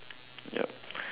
yup